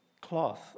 cloth